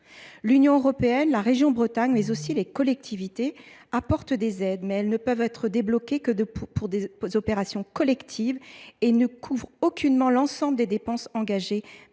l’Union européenne, la région Bretagne et les collectivités territoriales apportent des aides, mais elles ne peuvent être débloquées que pour des opérations collectives et ne couvrent aucunement l’ensemble des dépenses engagées